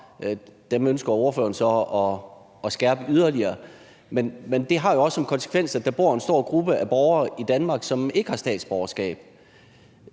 dem ønsker ordføreren så at skærpe yderligere. Men det har jo også en konsekvens, for der bor en stor gruppe af borgere i Danmark, som ikke har statsborgerskab.